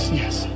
yes